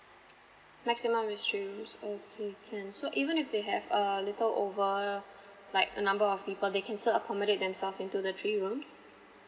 maximum is three rooms okay can so even if they have uh little over like a number of people they can still accommodate themselves into the three rooms